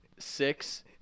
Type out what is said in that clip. Six